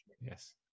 Yes